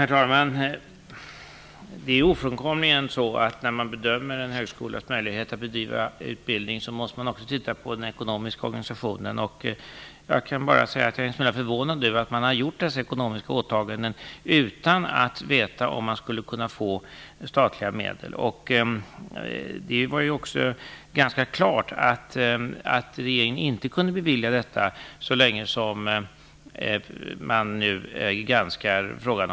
Herr talman! Det är ofrånkomligen så, att när man bedömer den här skolans möjlighet att bedriva utbildning måste man också titta närmare på den ekonomiska organisationen. Jag är en smula förvånad över att man gjort ekonomiska åtaganden utan att veta om man skulle kunna få statliga medel till hjälp. Det var ganska klart uttalat att regeringen inte kunde bevilja sådana så länge granskningen om examensrätt pågår.